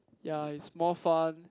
yea it's more fun